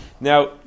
now